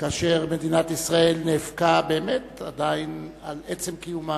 כאשר מדינת ישראל עדיין נאבקה באמת על עצם קיומה,